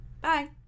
Bye